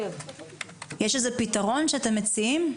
יש איזה פתרון שאתם מציעים?